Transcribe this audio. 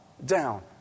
Down